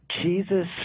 Jesus